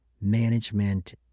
management